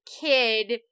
kid